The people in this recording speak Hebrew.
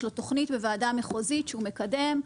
יש לו תכנית בוועדה המחוזית שהוא מקדם,